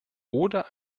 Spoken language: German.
oder